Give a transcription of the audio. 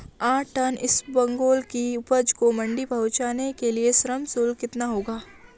आठ टन इसबगोल की उपज को मंडी पहुंचाने के लिए श्रम शुल्क कितना होगा?